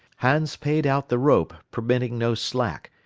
hans paid out the rope, permitting no slack,